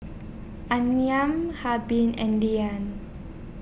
Amiyah and Dianne